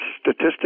statistics